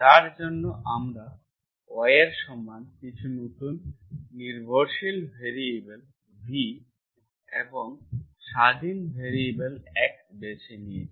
তার জন্য আমরা Y এর সমান কিছু নতুন নির্ভরশীল ভ্যারিয়েবল v এবং স্বাধীন ভ্যারিয়েবল x বেছে নিয়েছি